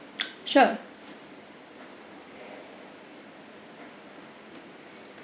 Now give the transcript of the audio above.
sure